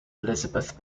elizabeth